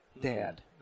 dad